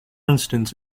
instance